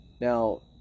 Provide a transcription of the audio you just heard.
Now